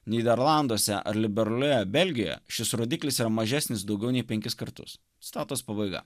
nyderlanduose ar belgija šis rodiklis yra mažesnis daugiau nei penkis kartus citatos pabaiga